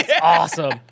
awesome